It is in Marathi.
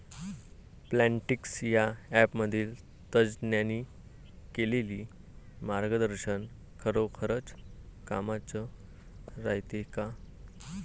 प्लॉन्टीक्स या ॲपमधील तज्ज्ञांनी केलेली मार्गदर्शन खरोखरीच कामाचं रायते का?